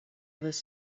this